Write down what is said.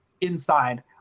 inside